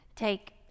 take